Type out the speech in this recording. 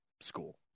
school